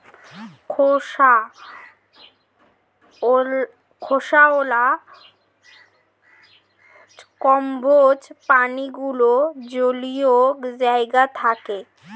খোসাওয়ালা কম্বোজ প্রাণীগুলো জলীয় জায়গায় থাকে